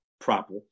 proper